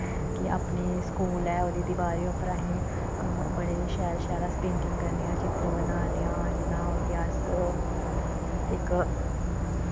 कि अपने स्कूल ऐ ओह्दी दवारें पर अस बड़े शैल शैल अस पेंटिंग करने आं चित्तर बनाने आं जि'यां होई गेआ अस इक